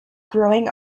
growing